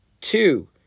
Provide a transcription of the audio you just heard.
Two